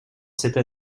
cette